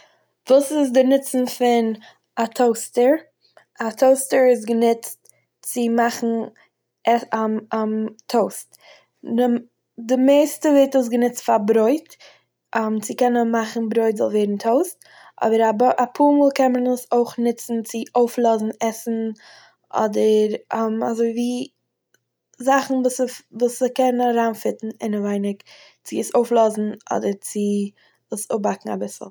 וואס איז די נוצן פון א טאוסטער? א טאוסטער איז גענוצט צו מאכן ע- טאוסט. די מ- די מערסטע ווערט עס גענוצט פאר ברויט. ס'קען נאר מאכן ברויט זאלן ווערן טאוסט. אבער א בא- א פאר מאל קען מען עס אויך נוצען צו אויפלאזן עסן אדער אזויווי זאכן וואס ס'פ- וואס ס'קען אריינפיטן אינעווייניג, צו עס אויפלאזן אדער צו עס אפבאקן אביסל.